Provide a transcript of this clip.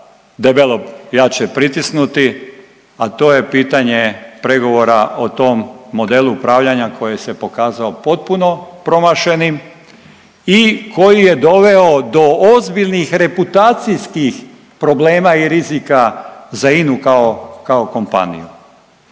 debelo jače pritisnuti, a to je pitanje pregovora o tom modelu upravljanja koje se pokazao potpuno promašenim i koji je doveo do ozbiljnih reputacijskih problema i rizika za INU kao, kao kompaniju.